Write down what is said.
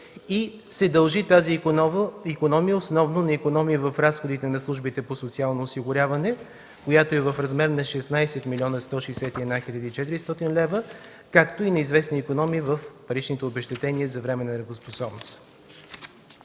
се дължи основно на икономии в разходите на службите по социално осигуряване, която е в размер на 16 млн. 161 хил. 400 лв., както и на известни икономии в паричните обезщетения за временна неработоспособност.